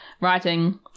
writing